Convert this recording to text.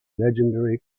legendary